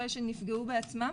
או אלה שנפגעו בעצמם